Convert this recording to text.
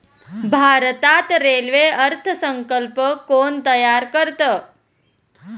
भारतात रेल्वे अर्थ संकल्प कोण तयार करतं?